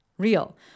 Real